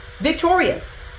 victorious